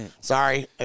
Sorry